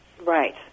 Right